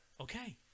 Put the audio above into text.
okay